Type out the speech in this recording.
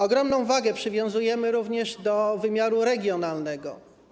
Ogromną wagę przywiązujemy również do wymiaru regionalnego.